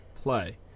play